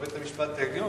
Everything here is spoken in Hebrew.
בבית-המשפט העליון,